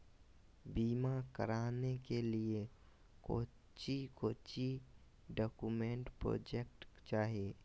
बीमा कराने के लिए कोच्चि कोच्चि डॉक्यूमेंट प्रोजेक्ट चाहिए?